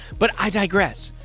but i digress.